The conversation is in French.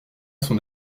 son